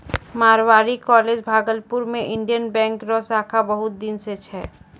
Marwari college Bhagalpur मे Indian bank रो शाखा बहुत दिन से छै